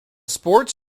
sports